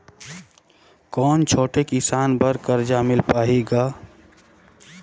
कौन छोटे किसान बर कर्जा मिल पाही ग?